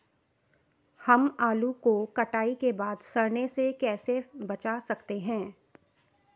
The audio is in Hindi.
हम आलू को कटाई के बाद सड़ने से कैसे बचा सकते हैं?